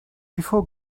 before